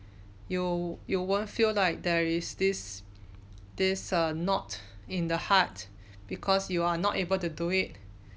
you you won't feel like there is this this err not in the heart because you are not able to do it